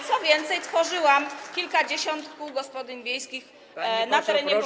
co więcej, tworzyłam kilkadziesiąt kół gospodyń wiejskich na terenie powiatu.